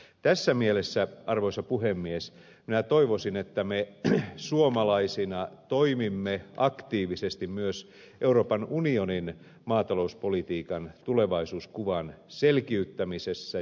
tässä mielessä arvoisa puhemies minä toivoisin että me suomalaisina toimimme aktiivisesti myös euroopan unionin maatalouspolitiikan tulevaisuuskuvan selkiyttämisessä